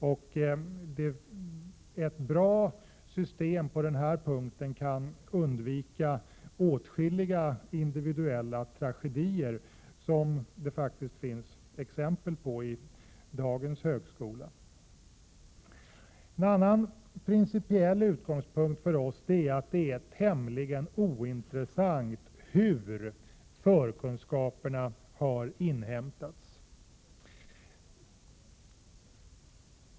Med ett bra urvalssystem kan man undvika åtskilliga individuella tragedier, som det faktiskt finns exempel på i dagens högskola. En ytterligare principiell utgångspunkt för oss är att det är tämligen ointressant hur förkunskaperna har inhämtats.